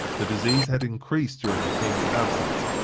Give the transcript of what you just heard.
the disease had increased during the king's absence,